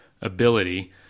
ability